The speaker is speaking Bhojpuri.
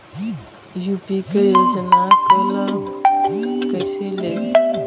यू.पी क योजना क लाभ कइसे लेब?